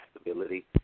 stability